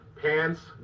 pants